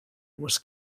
was